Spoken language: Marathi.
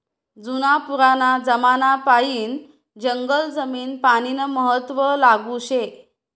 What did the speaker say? जुना पुराना जमानापायीन जंगल जमीन पानीनं महत्व लागू शे